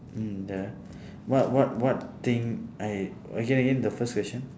mm ya what what what thing I again again the first question